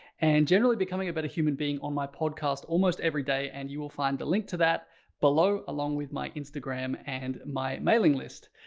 and generally becoming a better human being on my podcast almost every day and you will find the link to that below, along with my instagram and my mailing list.